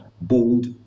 Bold